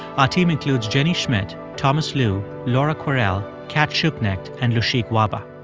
our team includes jenny schmidt, thomas lu, laura kwerel, cat schuknecht and lushik wahba.